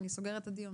אני סוגרת את הדיון.